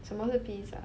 什么是 pizza